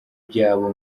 byabo